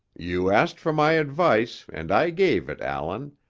you asked for my advice and i gave it, allan,